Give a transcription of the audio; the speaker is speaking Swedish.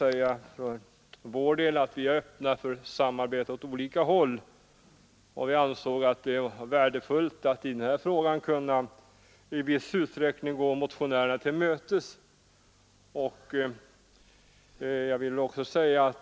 För vår del är vi öppna för samarbete åt olika håll, och vi ansåg det värdefullt att i denna fråga i viss utsträckning kunna gå motionärerna till mötes.